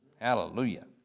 Hallelujah